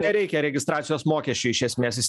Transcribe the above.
nereikia registracijos mokesčio iš esmės jis